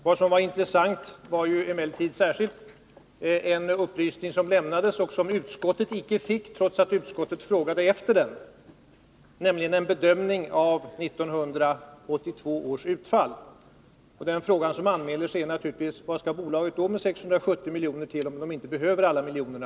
Det som var intressant var emellertid särskilt en upplysning som lämnades här men som utskottet icke fick, trots att utskottet frågade efter den, nämligen en bedömning av 1982 års utfall. Den fråga som anmäler sig är naturligtvis vad bolaget skall med 670 milj.kr., om man inte behöver alla miljonerna.